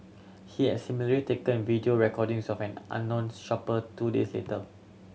he had similarly taken video recordings of an unknown shopper two days later